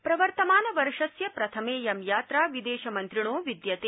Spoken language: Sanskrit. प्रवर्तमानवर्षस्य प्रथमेयं यात्रा विदेशमन्त्रिणो विद्यते